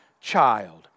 child